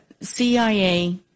CIA